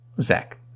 Zach